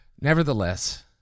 Nevertheless